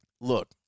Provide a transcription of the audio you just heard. Look